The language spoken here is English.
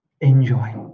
Enjoy